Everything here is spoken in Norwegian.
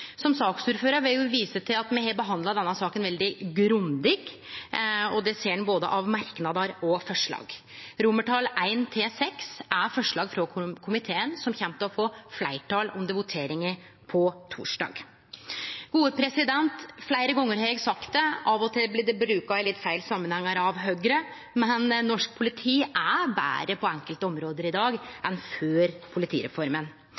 Som saksordførar vil eg òg vise til at me har behandla denne saka veldig grundig. Det ser ein av både merknader og forslag. Romartala I–VI er forslag frå komiteen som kjem til å få fleirtal under voteringa på torsdag. Fleire gonger har eg sagt det, av og til blir det brukt i litt feil samanhengar av Høgre, men norsk politi er betre på enkelte område i dag enn før politireforma.